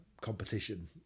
competition